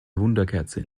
wunderkerze